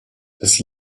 das